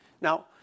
Now